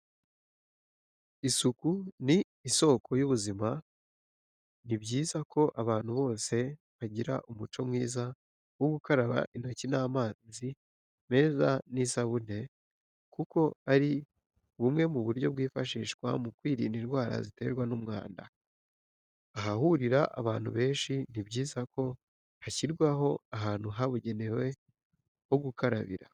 Isuku ni isoko y'ubuzima ni byiza ko abantu bose bagira umuco mwiza wo gukaraba intoki n'amazi meza n'isabuni kuko ari bumwe mu buryo bwifashishwa mu kwirinda indwara ziterwa n'umwanda, ahahurira abantu benshi ni byiza ko hashyirwaho ahantu habugenewe ho gukarabira.